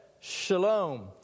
Shalom